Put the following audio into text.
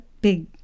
big